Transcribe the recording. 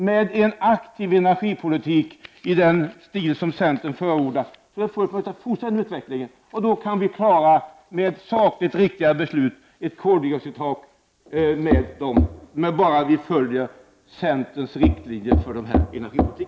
Med en sådan aktiv energipolitik som centern förordar är det möjligt att fortsätta utvecklingen. Då kan vi, med sakligt riktiga beslut, klara ett koldioxidtak.